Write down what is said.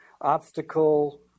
obstacle